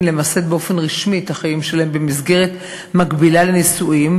למסד באופן רשמי את החיים שלהם במסגרת מקבילה לנישואים,